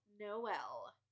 Noel